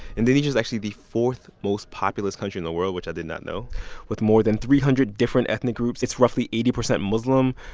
indonesia is actually the fourth-most populous country in the world which i did not know with more than three hundred different ethnic groups. it's roughly eighty percent muslim,